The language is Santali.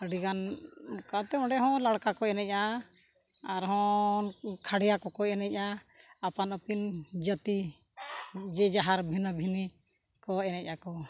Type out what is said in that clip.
ᱟᱹᱰᱤ ᱜᱟᱱ ᱚᱱᱠᱟᱛᱮ ᱚᱸᱰᱮ ᱦᱚᱸ ᱞᱟᱲᱠᱟ ᱠᱚ ᱮᱱᱮᱡᱼᱟ ᱟᱨᱦᱚᱸ ᱠᱷᱟᱲᱭᱟ ᱠᱚᱠᱚ ᱮᱱᱮᱡᱼᱟ ᱟᱯᱟᱱᱼᱟᱹᱯᱤᱱ ᱡᱟᱹᱛᱤ ᱡᱮ ᱡᱟᱦᱟᱨ ᱵᱷᱤᱱᱟᱹᱼᱵᱷᱤᱱᱟᱹ ᱠᱚ ᱮᱱᱮᱡ ᱟᱠᱚ